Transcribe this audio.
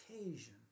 occasion